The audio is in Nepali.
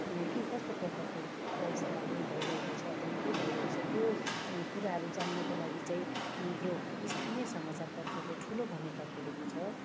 के कस्तो प्रकारको अवस्थाहरू भइरहेको छ त्यहाँ के भइरहेको छ त्यो कुराहरू जान्नको लागि चाहिँ यो स्थानीय समाचारपत्रले ठुलो भूमिका खेलेको छ